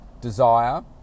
desire